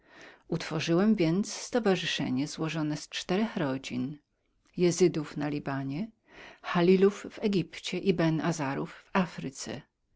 utworzyłem więc stowarzyszenie złożone z czterech rodzin izydów na libanie khalilów w egipcie i ben arazów w afryce